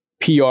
PR